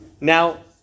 Now